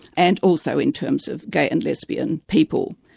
and also in terms of gay and lesbian people.